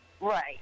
right